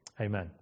Amen